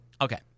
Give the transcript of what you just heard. Okay